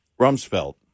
Rumsfeld